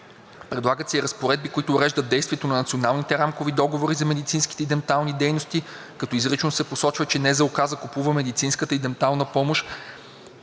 Предлагат се и разпоредби, които уреждат действието на националните рамкови договори за медицинските и денталните дейности, като изрично се посочва, че НЗОК закупува медицинската и денталната помощ